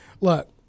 Look